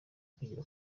kwigira